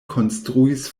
konstruis